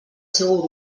seu